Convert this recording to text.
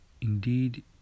indeed